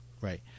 Right